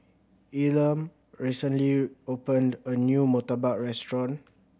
Elam recently opened a new murtabak restaurant